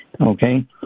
okay